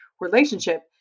relationship